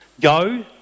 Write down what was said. go